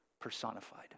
personified